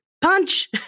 punch